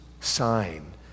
sign